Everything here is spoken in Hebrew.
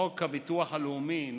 חוק הביטוח הלאומי ,